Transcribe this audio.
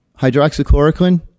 hydroxychloroquine